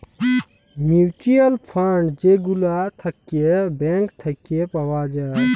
mutual fund যে গুলা থাক্যে ব্যাঙ্ক থাক্যে পাওয়া যায়